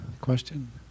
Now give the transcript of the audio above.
question